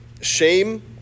Shame